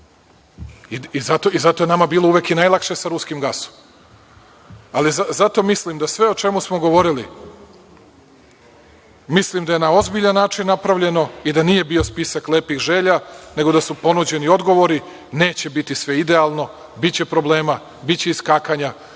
i zato je nama bilo uvek najlakše sa ruskim gasom. Zato mislim da sve o čemu smo govorili je na ozbiljan način napravljeno i da nije bio spisak lepih želja, nego da su ponuđeni odgovori. Neće biti sve idealno, biće problema, biće iskakanja,